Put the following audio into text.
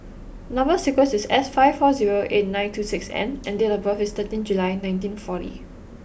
number sequence is S five four zero eight nine two six N and date of birth is thirteen July nineteen forty